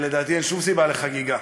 לדעתי, אין שום סיבה לחגיגה.